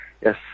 yes